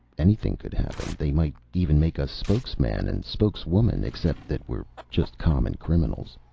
anything could happen. they might even make us spokesman and spokeswoman except that we're just common criminals.